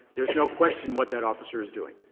there is no question what that officer is doing.